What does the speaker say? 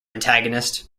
antagonist